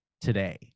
today